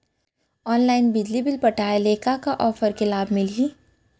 Online बिजली bill पटाय ले का का ऑफ़र के लाभ मिलही?